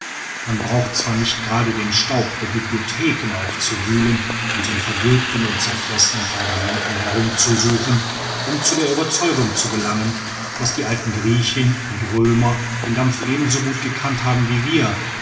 man braucht zwar nicht gerade den staub der bibliotheken aufzuwühlen und in vergilbten und zerfressenen pergamenten herum zu suchen um zu der ueberzeugung zu gelangen daß die alten griechen und römer den dampf ebenso gut gekannt haben wie wir